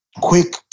quick